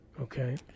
Okay